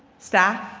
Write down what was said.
staff,